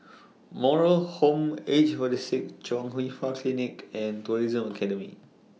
Moral Home Aged For The Sick Chung Hwa Free Clinic and Tourism Academy